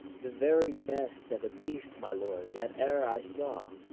the very best at a beast, my lord, that e'er i saw.